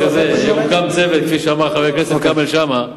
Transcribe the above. הוקם צוות, כפי שאמר חבר הכנסת כרמל שאמה,